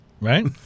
Right